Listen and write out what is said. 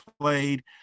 played